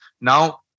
Now